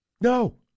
No